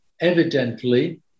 evidently